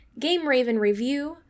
GameRavenReview